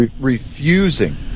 Refusing